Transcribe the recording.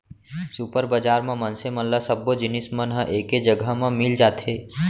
super बजार म मनसे मन ल सब्बो जिनिस मन ह एके जघा म मिल जाथे